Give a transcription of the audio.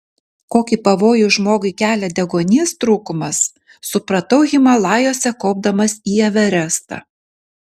kokį pavojų žmogui kelia deguonies trūkumas supratau himalajuose kopdamas į everestą